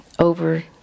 Over